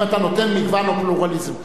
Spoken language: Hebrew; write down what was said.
אם אתה נותן מגוון או פלורליזם.